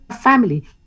family